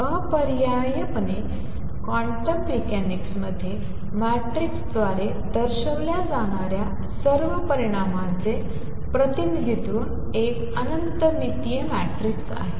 तर अपरिहार्यपणे क्वांटम मेकॅनिक्समध्ये मॅट्रिक्स द्वारे दर्शविल्या जाणाऱ्या सर्व परिमाणांचे प्रतिनिधित्व एक अनंत मितीय मॅट्रिक्स आहे